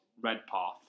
Redpath